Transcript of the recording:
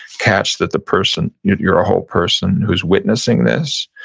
catch that the person, you're a whole person who's witnessing this.